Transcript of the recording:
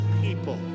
people